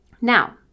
Now